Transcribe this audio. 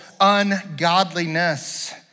ungodliness